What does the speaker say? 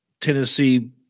Tennessee